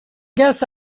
guess